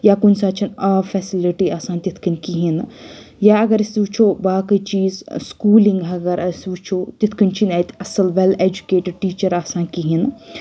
یا کُنہِ ساتہٕ چھنہٕ آب فیسلٹی آسان تِتھ کٔنۍ کہیٖنۍ نہٕ یا اَگَر أسۍ وٕچھو باقٕے چیٖز سکوٗلِنٛگ اَگر أسۍ وٕچھو تِتھ کٔنۍ چھنہٕ اَتہِ اصَل وؠل اؠجُکیٹِڈ ٹیٖچَر آسان کہیٖنۍ نہٕ